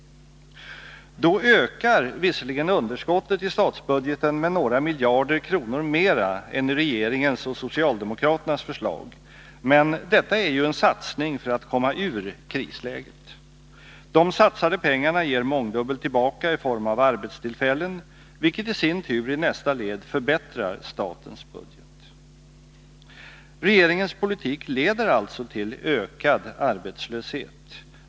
Då ökar visserligen underskottet i statsbudgeten med några miljarder kronor mera än i regeringens och socialdemokraternas förslag, men detta är ju en satsning för att komma ur krisläget. De satsade pengarna ger mångdubbelt tillbaka i form av arbetstillfällen, vilket i sin tur i nästa led förbättrar statens budget. Regeringens politik leder alltså till ökad arbetslöshet.